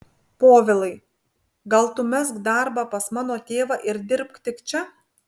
povilai gal tu mesk darbą pas mano tėvą ir dirbk tik čia